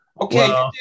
Okay